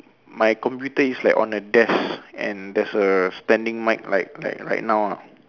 my computer is like on a desk and there's a standing mic like like right now ah